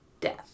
death